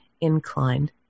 inclined